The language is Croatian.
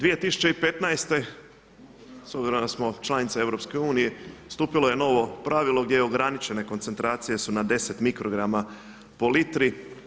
2015. s obzirom da smo članica EU stupilo je novo pravilo gdje ograničene koncentracije su na 10 mikrograma po litri.